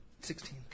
Sixteen